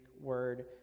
word